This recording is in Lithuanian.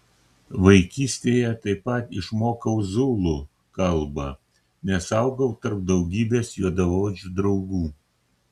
vaikystėje taip pat išmokau zulų kalbą nes augau tarp daugybės juodaodžių draugų